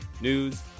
news